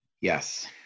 Yes